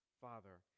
father